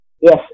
yes